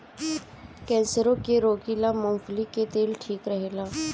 कैंसरो के रोगी ला मूंगफली के तेल ठीक रहेला